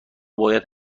باید